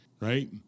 Right